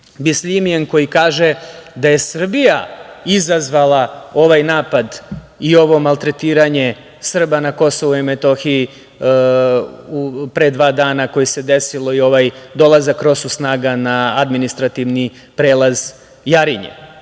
Bisljimijem koji kaže da je Srbija izazvala ovaj napad i ovo maltretiranje Srba na KiM pre dva dana koje se desilo i ovaj dolazak ROSU snaga na administrativni prelaz Jarinje? Dakle,